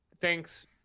thanks